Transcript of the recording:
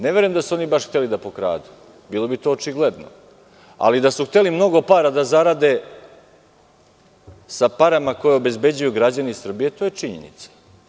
Ne verujem da su oni baš hteli da pokradu, bilo bi to očigledno, ali da su hteli mnogo para da zarade, sa parama koji obezbeđuju građani Srbije, to je činjenica.